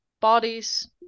bodies